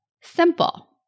Simple